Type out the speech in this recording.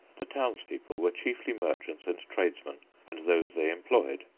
the townspeople were chiefly merchants and tradesmen and those they employed,